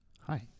Hi